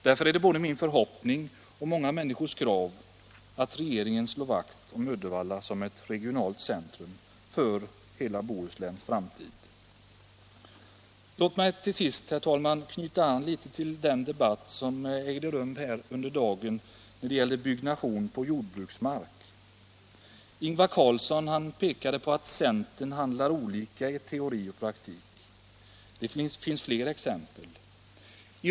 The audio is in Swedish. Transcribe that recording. Därför är det både min förhoppning och många människors krav, att regeringen slår vakt om Uddevalla som ett regionalt centrum för hela Bohusläns framtid. Låt mig till sist, herr talman, knyta an till dagens debatt om byggnation på jordbruksmark. Ingvar Carlsson pekade på att centern handlar olika i teori och praktik. Det finns fler exempel på detta.